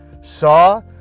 saw